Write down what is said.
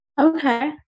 Okay